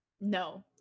no